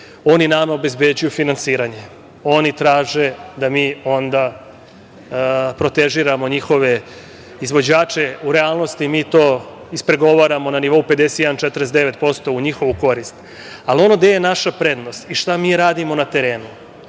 Oni nama obezbeđuju finansiranje. Oni traže da mi onda protežiramo njihove izvođače. U realnosti mi to ispregovaramo na nivou 51-49% u njihovu korist, ali ono gde je naša prednost i šta mi radimo na terenu,